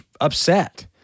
upset